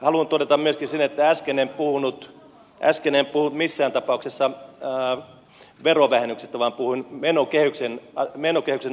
haluan todeta myöskin sen että äsken en puhunut missään tapauksessa verovähennyksestä vaan puhuin menokehystä arvioivasta työryhmästä